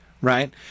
right